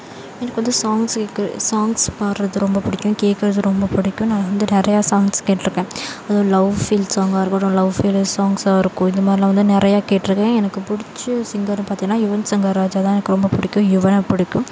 எனக்கு வந்து சாங்ஸ் கேட்க சாங்ஸ் பாடுவது ரொம்பப் பிடிக்கும் கேட்கறது ரொம்பப் பிடிக்கும் நான் வந்து நிறையா சாங்ஸ் கேட்டிருக்கேன் அதுவும் லவ் ஃபீல் சாங்காக இருக்கட்டும் லவ் ஃபீல் சாங்ஸாக இருக்கும் இந்த மாதிரிலாம் வந்து நிறையா கேட்டிருக்கேன் எனக்குப் பிடிச்ச சிங்கர்னு பார்த்தீங்கன்னா யுவன் சங்கர் ராஜா தான் எனக்கு ரொம்பப் பிடிக்கும் யுவனை பிடிக்கும்